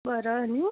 बरं आणि